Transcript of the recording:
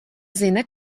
zina